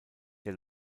der